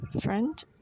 friend